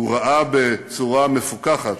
הוא ראה בצורה מפוכחת